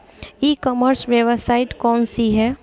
ई commerce website कौन सी है?